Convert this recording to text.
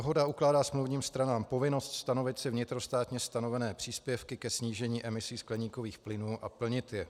Dohoda ukládá smluvním stranám povinnost stanovit si vnitrostátně stanovené příspěvky ke snížení emisí skleníkových plynů a plnit je.